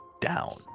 down